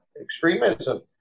extremism